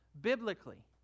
biblically